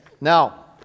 now